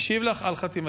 משיב לך על חתימתי.